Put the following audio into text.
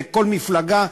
לכל מפלגה,